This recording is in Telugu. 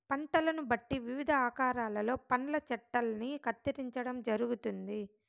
పంటలను బట్టి వివిధ ఆకారాలలో పండ్ల చెట్టల్ని కత్తిరించడం జరుగుతుంది